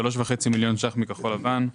3.5 מיליון שקלים מכחול לבן.